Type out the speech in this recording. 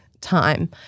time